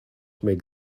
make